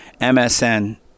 MSN